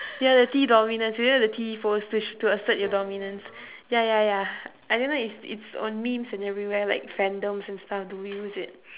ya the T dominance you know the t-pose to sh~ to assert your dominance ya ya ya I don't know it's it's on memes and everywhere like fandoms and stuff they will use it